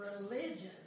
religion